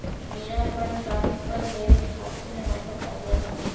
मेरा fund transfer मेरे खाते में वापस आ गया है